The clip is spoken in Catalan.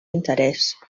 interès